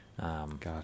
God